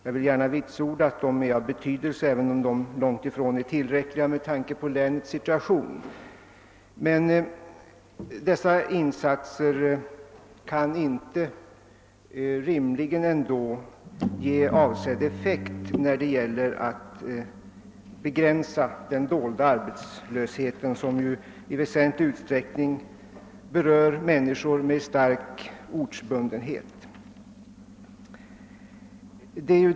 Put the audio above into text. Jag vill gärna vitsorda att de är av betydelse även om de långtifrån är tillräckliga med tanke på länets situation. Men dessa insatser kan inte rimligen ge avsedd effekt när det gäller att begränsa den dolda arbetslösheten, som i väsentlig utsträckning rör människor med stark ortsbundenhet.